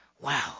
Wow